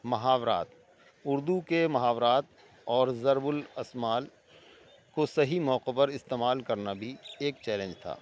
محاورات اردو کے محاورات اور ضرب الاثمال کو صحیح موقعوں پر استعمال کرنا بھی ایک چیلنج تھا